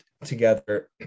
Together